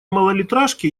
малолитражке